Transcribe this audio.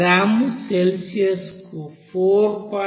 gram degree సెల్సియస్కు 4